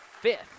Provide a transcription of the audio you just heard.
fifth